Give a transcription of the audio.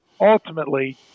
Ultimately